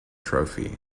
trophy